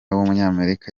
w’umunyamerika